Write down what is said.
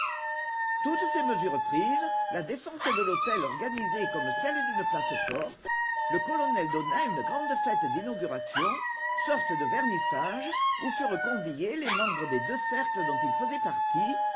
toutes ces mesures prises la défense de l'hôtel organisée comme celle d'une place forte le colonel donna une grande fête d'inauguration sorte de vernissage où furent conviés les membres des deux cercles dont il faisait partie